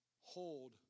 hold